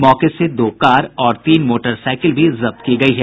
मौके से दो कार और तीन मोटरसाईकिल भी जब्त की गयी है